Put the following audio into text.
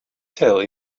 tell